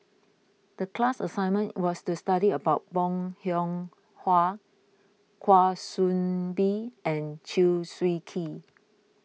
the class assignment was to study about Bong Hiong Hwa Kwa Soon Bee and Chew Swee Kee